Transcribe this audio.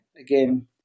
again